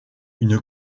une